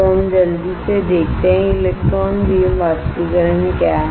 तो हम जल्दी से देखते हैं एक इलेक्ट्रॉन बीम बाष्पीकरण क्या है